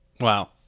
Wow